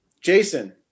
Jason